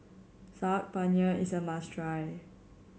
Saag Paneer is a must try